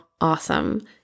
awesome